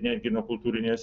netgi nuo kultūrinės